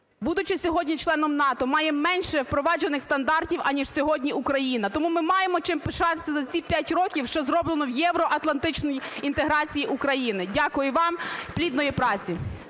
будучи сьогодні членом НАТО, має менше впроваджених стандартів, аніж сьогодні Україна. Тому ми маємо чим пишатися за ці 5 років, що зроблено в євроатлантичній інтеграції України. Дякую вам. Плідної праці.